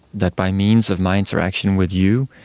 that by means of my interaction with you,